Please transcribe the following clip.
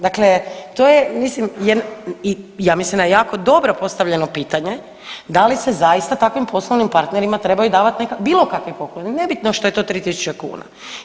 Dakle, to je mislim i ja mislim da je jako dobro postavljeno pitanje da li se zaista takvim poslovnim partnerima trebaju davati bilo kakvi pokloni nebitno što je to 3000 kuna.